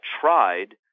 tried